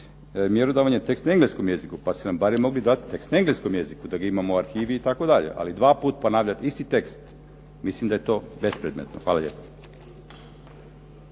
mjerodavan je tekst na engleskom jeziku, pa ste nam barem dati tekst na engleskom jeziku da ga imamo u arhivi itd. Ali dva puta ponavljati isti tekst, mislim da je to bespredmetno. Hvala lijepo.